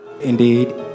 Indeed